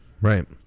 right